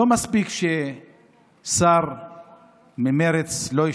לא מספיק ששר ממרצ לא השתתף,